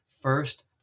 first